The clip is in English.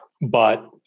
But-